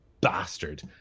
bastard